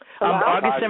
August